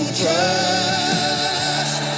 trust